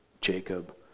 Jacob